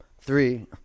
three